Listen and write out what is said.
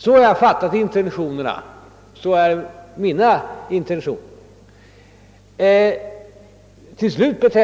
Så har jag i varje fall fattat intentionerna, och sådana är även mina egna intentioner.